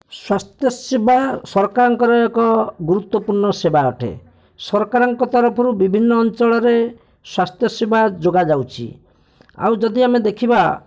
ସ୍ୱାସ୍ଥ୍ୟସେବା ସରକାରଙ୍କର ଏକ ଗୁରୁତ୍ଵପୂର୍ଣ୍ଣ ସେବା ଅଟେ ସରକାରଙ୍କ ତରଫରୁ ବିଭିନ୍ନ ଅଞ୍ଚଳରେ ସ୍ୱାସ୍ଥ୍ୟସେବା ଯୋଗାଯାଉଛି ଆଉ ଯଦି ଆମେ ଦେଖିବା